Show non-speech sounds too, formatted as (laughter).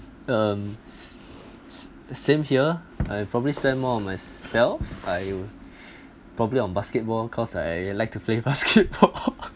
um same here I probably spend more of myself I probably on basketball cause I like to play basketball (laughs)